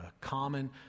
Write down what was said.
common